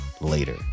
later